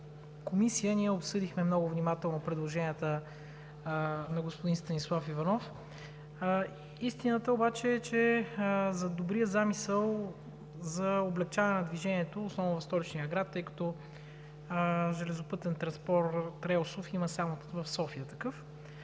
Комисията обсъдихме много внимателно предложенията на господин Станислав Иванов. Истината обаче е, че зад добрия замисъл за облекчаване на движението, основно в столичния град, тъй като релсов транспорт има само в София,